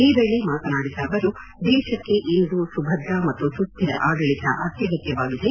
ಈ ವೇಳೆ ಮಾತನಾಡಿದ ಅವರು ದೇಶಕ್ಕೆ ಇಂದು ಸುಭದ್ರ ಮತ್ತು ಸುಸ್ಡಿರ ಆದಳಿತ ಅತ್ಯಗತ್ಯವಾಗಿದೆ